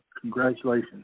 Congratulations